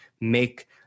make